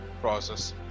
process